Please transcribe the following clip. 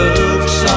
Looks